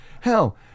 Hell